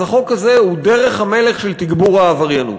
אז החוק הזה הוא דרך המלך של תגבור העבריינות.